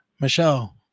michelle